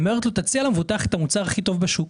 היא אומרת לו להציע למבוטח את המוצר הכי טוב בשוק.